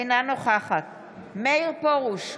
אינה נוכחת מאיר פרוש,